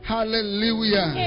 Hallelujah